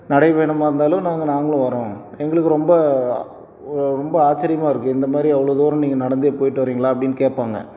நடைப்பயணமாக இருந்தாலும் நாங்கள் நாங்களும் வரோம் எங்களுக்கு ரொம்ப ரொம்ப ஓ ஆச்சரியமா இருக்குது இந்த மாதிரி அவ்வளோ தூரம் நீங்கள் நடந்தே போயிட்டு வரீங்களா அப்படின்னு கேட்பாங்க